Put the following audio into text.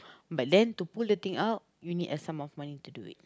but then to pull the thing out you need a sum of money to do it